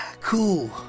cool